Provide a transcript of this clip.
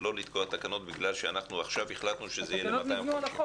ולא לתקוע תקנות בגלל שאנחנו עכשיו החלטנו שזה יהיה ל-250.